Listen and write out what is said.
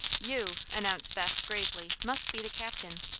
you, announced beth, gravely, must be the captain.